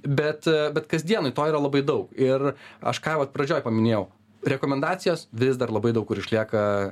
bet bet kasdienoj to yra labai daug ir aš ką vat pradžioj paminėjau rekomendacijos vis dar labai daug kur išlieka